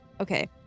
okay